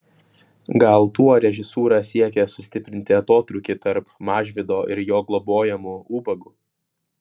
gal tuo režisūra siekė sustiprinti atotrūkį tarp mažvydo ir jo globojamų ubagų